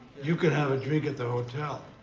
you could have a drink at the hotel.